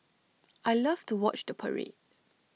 I love to watch the parade